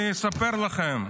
אספר לכם.